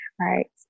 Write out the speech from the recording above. right